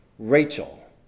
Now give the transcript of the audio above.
rachel